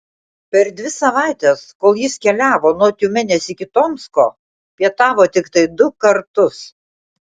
per dvi savaites kol jis keliavo nuo tiumenės iki tomsko pietavo tiktai du kartus